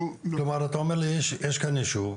כלומר אתה אומר לי שיש כאן ישוב,